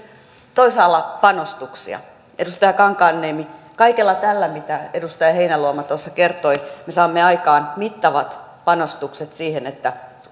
toisaalla panostuksia edustaja kankaanniemi kaikella tällä mitä edustaja heinäluoma tuossa kertoi me saamme aikaan mittavat panostukset siihen että